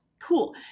Cool